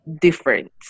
different